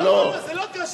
זה לא קשה.